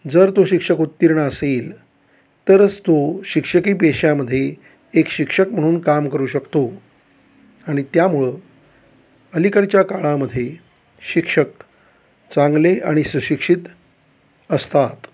जर तो शिक्षक उत्तीर्ण असेल तरच तो शिक्षकी पेशामध्ये एक शिक्षक म्हणून काम करू शकतो आणि त्यामुळं अलीकडच्या काळामध्ये शिक्षक चांगले आणि सुशिक्षित असतात